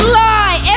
lie